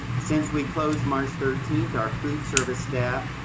since we closed march thirteenth, our food service staff,